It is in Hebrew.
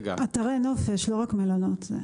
אתרי נופש, לא רק מלונות.